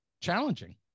challenging